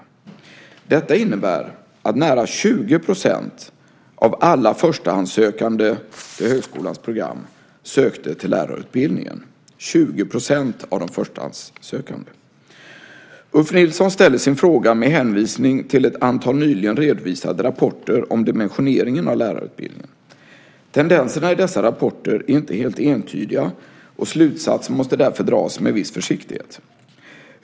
Detta innebär att nära 20 % av antalet förstahandssökande till högskolans program sökte till lärarutbildningen. Ulf Nilsson ställer sin fråga med hänvisning till ett antal nyligen redovisade rapporter om dimensioneringen av lärarutbildningen. Tendenserna i dessa rapporter är inte helt entydiga och slutsatser måste därför dras med viss försiktighet.